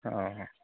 অঁ